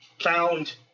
found